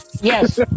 Yes